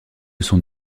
son